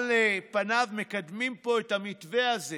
ש"על פיו מקדמים פה את המתווה הזה